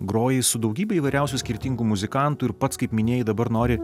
grojai su daugybe įvairiausių skirtingų muzikantų ir pats kaip minėjai dabar nori